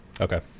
Okay